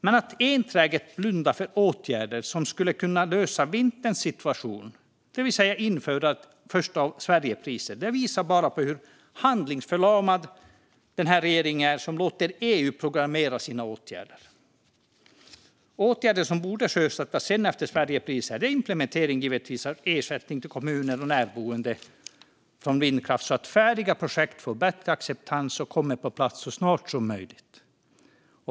Men att regeringen enträget blundar för den åtgärd som skulle lösa nästa vinters situation, det vill säga införandet av Sverigepriser, visar bara hur handlingsförlamad man är som låter EU programmera åtgärderna. Åtgärder som borde sjösättas efter att Sverigepriser implementerats är givetvis ersättning till kommuner och närboende för vindkraft, så att färdiga projekt får bättre acceptans och kommer på plats så snart som möjligt.